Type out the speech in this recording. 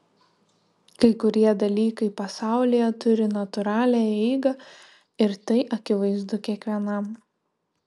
kai kurie dalykai pasaulyje turi natūralią eigą ir tai akivaizdu kiekvienam